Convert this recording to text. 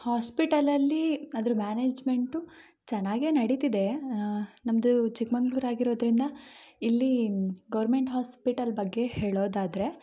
ಹಾಸ್ಪಿಟಲಲ್ಲಿ ಅದ್ರ ಮ್ಯಾನೇಜ್ಮೆಂಟು ಚೆನ್ನಾಗೇ ನಡೀತಿದೆ ನಮ್ಮದು ಚಿಕ್ಕಮಗ್ಳೂರ್ ಆಗಿರೋದ್ರಿಂದ ಇಲ್ಲಿ ಗೌರ್ಮೆಂಟ್ ಹಾಸ್ಪಿಟಲ್ ಬಗ್ಗೆ ಹೇಳೋದಾದ್ರೆ